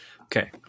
Okay